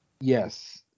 Yes